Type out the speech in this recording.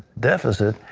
deficit,